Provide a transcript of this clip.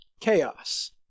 chaos